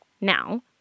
Now